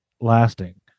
lasting